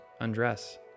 undress